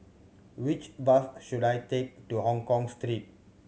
which bus should I take to Hongkong Street